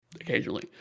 occasionally